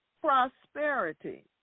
prosperity